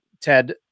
Ted